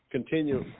Continue